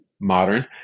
modern